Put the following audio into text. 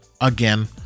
again